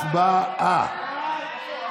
הצבעה.